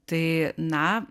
tai na